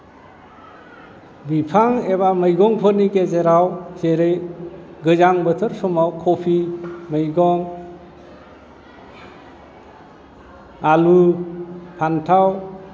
बिफां एबा मैगंफोरनि गेजेराव जेरै गोजां बोथोर समाव कफि मैगं आलु फान्थाव